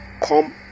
come